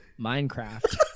Minecraft